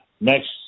next